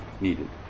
needed